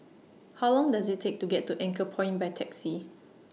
How Long Does IT Take to get to Anchorpoint By Taxi